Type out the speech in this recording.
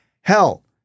Hell